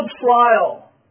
trial